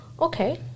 Okay